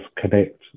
connect